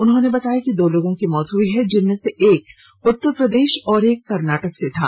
उन्होंने बताया कि दो लोगों की मृत्यु हुईं जिनमें से एक उत्तर प्रदेश और एक कर्नाटक से थे